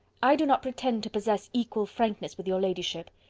i do not pretend to possess equal frankness with your ladyship.